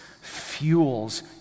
fuels